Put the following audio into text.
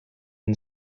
and